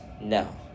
no